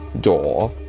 door